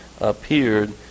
appeared